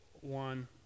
one